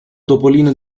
topolino